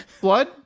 Blood